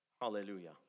Hallelujah